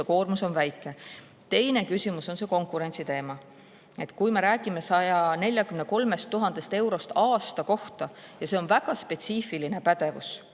koormus on väike. Teine küsimus on see konkurentsi teema. Me räägime 143 000 eurost aasta kohta, ja see on väga spetsiifiline pädevus.